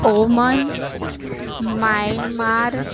Oman Myanmar